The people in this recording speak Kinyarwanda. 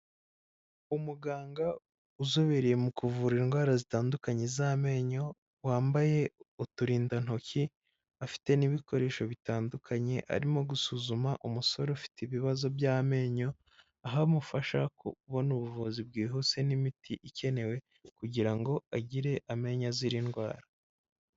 Umuganga uzobereye mu kuvura indwara zitandukanye z'amenyo, wambaye uturindantoki, afite n'ibikoresho bitandukanye, arimo gusuzuma umusore ufite ibibazo by'amenyo, aho amufasha kubona ubuvuzi bwihuse, n'imiti ikenewe kugira ngo agire amenyo azira indwara.